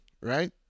right